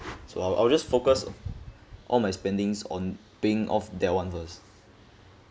so I'll I'll just focus all my spending on paying off that one first